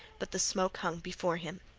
but the smoke hung before him.